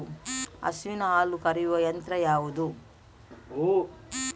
ಹಸುವಿನ ಹಾಲನ್ನು ಕರೆಯುವ ಯಂತ್ರ ಯಾವುದು?